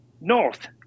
north